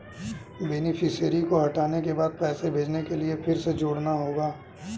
beneficiary को हटाने के बाद पैसे भेजने के लिए फिर से जोड़ना होगा